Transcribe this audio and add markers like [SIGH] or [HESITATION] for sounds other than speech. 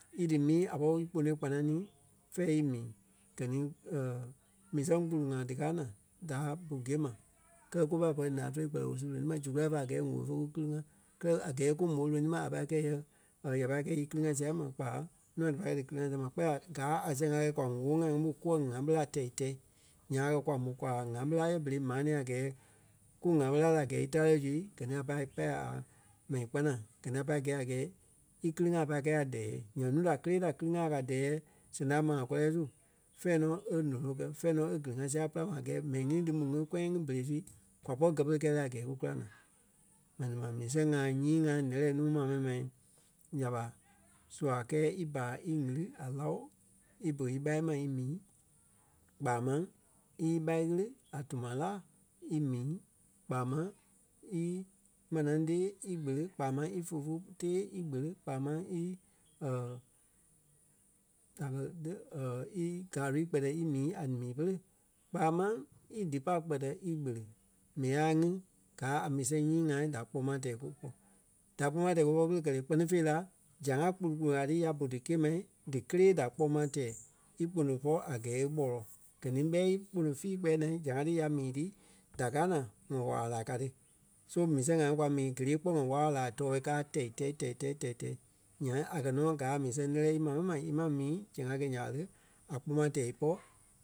í dí mii a pɔri í kponoi kpananii fɛ̂ɛ í mii. Gɛ ni [HESITATION] mii sɛŋ kpulu-ŋai díkaa naa daa bu gîe ma kɛlɛ kufa pɔri ǹaa tóli kpɛlɛɛ woo su lonii ma zu kulai ɓa fa a gɛɛ ŋ̀óo fe kú kili-ŋa kɛlɛ a gɛɛ ku mó lonii ma a pâi kɛi yɛ or ya pâi kɛi íkili-ŋa sia ma kpa nûa da pâi kɛ̂i dí kili-ŋa sia ma kpɛɛ la gaa a sɛŋ a gɛɛ kwa ŋ̀óo ŋai ŋí ɓo kúwɔ ŋa méla tɛi-tɛ́i ńyãa a gɛ́ kwa mó kwa ŋa béla yɛ berei maa nɛ̃ɛ a gɛɛ kú ŋa béla la a gɛɛ ítare zui gɛ ni a pai pâi a mɛni kpanaŋ. gɛ ni a pai gɛ́ a gɛɛ íkili-ŋa a pâi kɛi a dɛɛ́ nyaŋ núu da kélee ta kili-ŋa a kɛ̀ a dɛɛ́ sɛŋ ta maa kɔlɛɛ su fɛ̂ɛ nɔ e nóno kɛ́, fɛ̂ɛ nɔ e kili-ŋa sia e pîlaŋ ma a gɛɛ mɛni ŋí dí mó ŋí kɔyaŋ ŋí berei su kwa pɔri gɛ pere kɛɛ le a gɛɛ ku kula naa. M̀ɛni ma mii sɛŋ ŋai nyii ŋai nɛ́lɛɛ nuu ma mɛni ma nya ɓa sua kɛɛ í baa í ɣili a láo í bu í ɓá ma í mii kpaa máŋ í íɓa ɣili a tuma laa í mii kpaa máŋ í manaa tee íkpele kpaa máŋ í fufu tee íkpele kpaa máŋ í [HESITATION] da kɛ le [HESITATION] í gari kpɛtɛ í mii a mii pere. Kpaa máŋ í dípai kpɛ́tɛ í kpele. M̀ɛni ŋai ŋí gaa a mii sɛŋ nyii ŋai da kpoma tɛɛ kúpɔ. Da kpoma tɛɛ kúpɔ ɓé pere kɛ̀ le? Kpɛ́ni fêi la Zãa kpúlu-kpulu ŋai ti ya bú dí kîa ma díkelee da kpoma tɛɛ í kpono pɔ́ a gɛɛ e kpɔlɔɔ. Gɛ ni ɓɛi ikpono fii kpɛɛ naa zãa ti ya mii ti da káa naa ŋɔ waa-wala laa ka ti. So mii sɛŋ ŋai kwa mii gélee kpɔ́ wɔ wala-wala laa tɔɔi káa tɛi-tɛ́i tɛi-tɛ́i tɛi-tɛ́i. Nyaŋ a kɛ́ nɔ gaa a mii sɛŋ lɛ́lɛɛ ímaa mɛni ma ímaŋ mii zɛŋ a kɛ̀ nya ɓa le a kpoma tɛɛ ípɔ